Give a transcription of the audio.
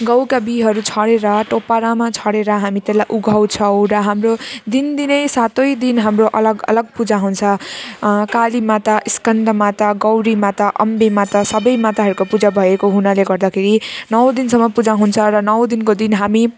गहुँका बिउहरू छरेर टपरामा छरेर हामी त्यसलाई उघाउँछौँ हाम्रो दिनदिनै सातै दिन हाम्रो अलग अलग पूजा हुन्छ काली माता स्कन्द माता गौरी माता अम्बे माता सबै माताहरूको पूजा भएको हुनाले गर्दाखेरि नौ दिनसम्म पूजा हुन्छ र नौ दिनको दिन हामी